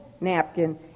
napkin